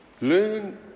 Learn